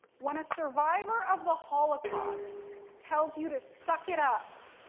when a survivor of the holocaust tells you to suck it up,